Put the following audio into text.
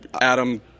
Adam